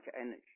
energy